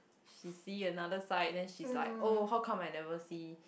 she see another side then she's like oh how come I never see